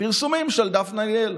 פרסום של דפנה ליאל